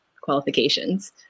qualifications